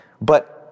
But-